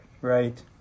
Right